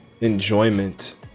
enjoyment